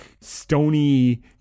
stony